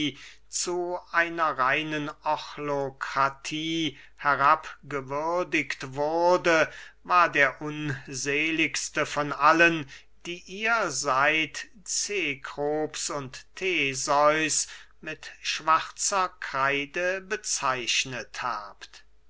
zu einer reinen ochlokratie herabgewürdigt wurde war der unseligste von allen die ihr seit cekrops und theseus mit schwarzer kreide bezeichnet habt